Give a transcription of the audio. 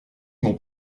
mon